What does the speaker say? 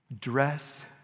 dress